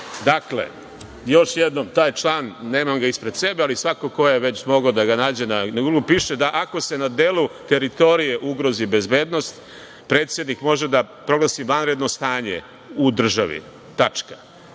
Dakle, još jednom, taj član, nemam ga ispred sebe, ali svako ko je već mogao da ga nađe, piše – da ako se na delu teritorije ugrozi bezbednost, predsednik može da proglasi vanredno stanje u državi, tačka.